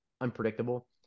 unpredictable